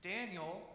Daniel